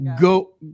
Go